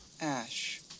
Ash